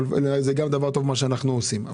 זה גם דבר טוב מה שאנחנו עושים.